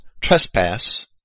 trespass